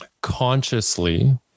consciously